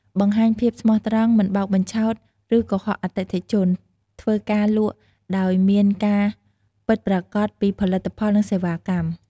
បង្ហាញភាពស្មោះត្រង់ មិនបោកបញ្ឆោត ឬកុហកអតិថិជន ធ្វើការលក់ដោយមានការពិតប្រាកដពីផលិតផល និងសេវាកម្ម។